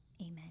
Amen